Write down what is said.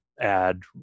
add